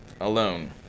alone